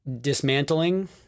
dismantling